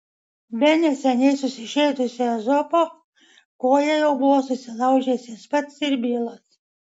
be neseniai susižeidusio ezopo koją jau buvo susilaužęs jis pats ir bilas